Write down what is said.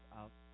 out